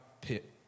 pit